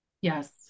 Yes